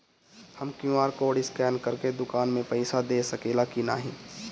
हम QR code scan करके दुकान में पईसा दे सकेला की नाहीं?